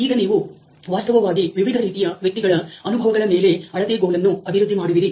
ಈಗ ನೀವು ವಾಸ್ತವವಾಗಿ ವಿವಿಧ ರೀತಿಯ ವ್ಯಕ್ತಿಗಳ ಅನುಭವಗಳ ಮೇಲೆ ಅಳತೆಗೋಲನ್ನು ಅಭಿವೃದ್ಧಿ ಮಾಡುವಿರಿ